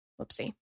Whoopsie